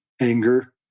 anger